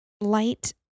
Light